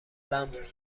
لمس